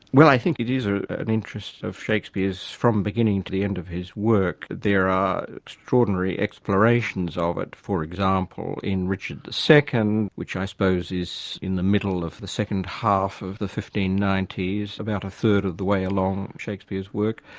well, i think it is an interest of shakespeare's from beginning to the end of his work. there are extraordinary explorations of it, for example, in richard ii, which i suppose is in the middle of the second half of the fifteen ninety s, about a third of the way along shakespeare's work.